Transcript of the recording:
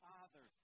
Father